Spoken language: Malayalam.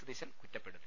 സതീശൻ കുറ്റപ്പെടുത്തി